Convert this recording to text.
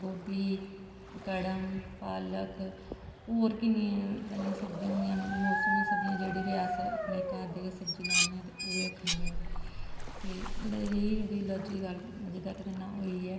गोबी कड़म पालक होर किन्नियां सारियां सब्जियां होंदियां न मौसमी सब्जियां जेह्ड़ी बी अस अपने घर दी गै सब्जी लानें आं ते उ'ऐ खन्ने आं ते रेही ऐलार्जी दी गल्ल अज तक ते ना होई ऐ